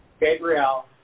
Gabrielle